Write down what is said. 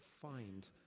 find